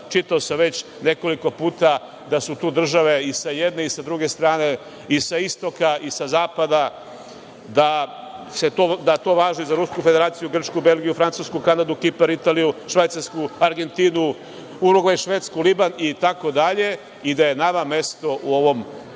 čitao sam već nekoliko puta da su tu države i sa jedne i sa druge strane i sa istoka i sa zapada, da to važi za Rusku Federaciju, Grčku, Belgiju, Francusku, Kanadu, Kipar, Italiju, Švajcarsku, Argentinu, Urugvaj, Švedsku, Liban itd. i da je nama mesto u ovom dobrom